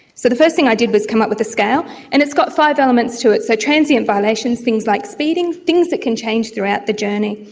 so the first thing i did was come up with a scale. and it's got five elements to it, so transient violations, things like speeding, things that can change throughout the journey.